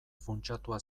funtsatua